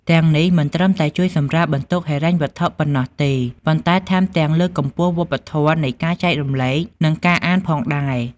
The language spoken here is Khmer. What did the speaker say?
ទាំងនេះមិនត្រឹមតែជួយសម្រាលបន្ទុកហិរញ្ញវត្ថុប៉ុណ្ណោះទេ ប៉ុន្តែថែមទាំងលើកកម្ពស់វប្បធម៌នៃការចែករំលែក និងការអានផងដែរ។